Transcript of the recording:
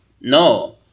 No